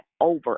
over